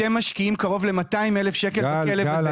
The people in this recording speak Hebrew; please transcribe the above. אתם משקיעים קרוב ל-200,000 שקל בכלב הזה,